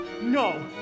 No